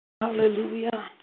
Hallelujah